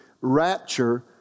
rapture